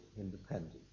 independence